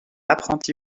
apprenti